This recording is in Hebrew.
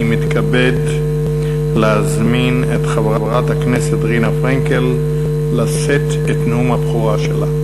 אני מתכבד להזמין את חברת הכנסת רינה פרנקל לשאת את נאום הבכורה שלה.